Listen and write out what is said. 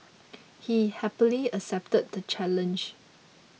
he happily accepted the challenge